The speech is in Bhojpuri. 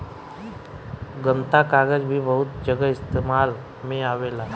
गत्ता कागज़ भी बहुत जगह इस्तेमाल में आवेला